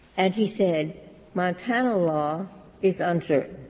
and he said montana law is uncertain,